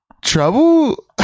Trouble